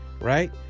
Right